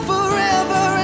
Forever